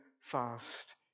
fast